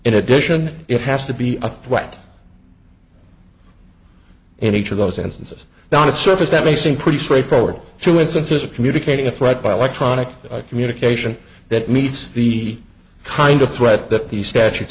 in addition it has to be a threat in each of those instances down to the surface that may seem pretty straightforward to instances of communicating a threat by electronic communication that meets the kind of threat that the statute